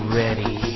ready